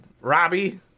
Robbie